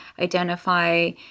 identify